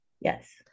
Yes